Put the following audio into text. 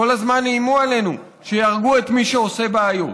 כל הזמן איימו עלינו שיהרגו את מי שעושה בעיות.